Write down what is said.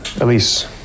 Elise